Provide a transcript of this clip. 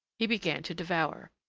he began to devour.